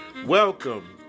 Welcome